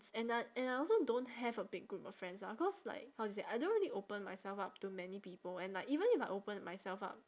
~s and I and I also don't have a big group of friends ah cause like how do you say I don't really open myself up to many people and like even if I open myself up